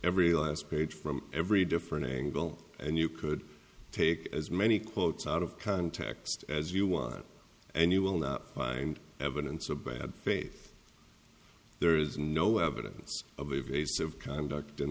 every last page from every different angle and you could take as many quotes out of context as you want and you will not find evidence of bad faith there is no evidence of evasive conduct in